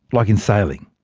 like in sailing.